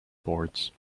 boards